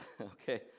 okay